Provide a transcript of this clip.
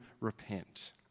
repent